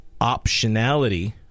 optionality